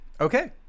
Okay